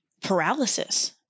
paralysis